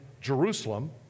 Jerusalem